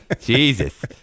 Jesus